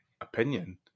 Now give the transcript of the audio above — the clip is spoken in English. opinion